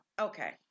Okay